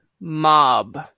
Mob